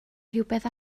rhywbeth